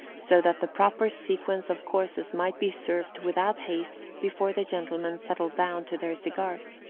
so that the proper sequence of courses might be served without haste before the gentlemen settled down to their cigars.